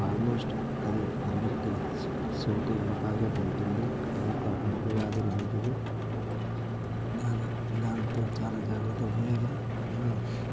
almost అది అందరికి సో సోకే అవకాశం ఉంటుంది అదొక అంటువ్యాధి లాంటిది దాన్ని దాంతో చాలా జాగ్రత్తగుండాలి మన